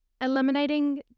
Eliminating